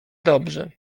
dobrze